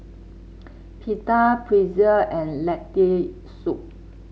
Pita Pretzel and Lentil Soup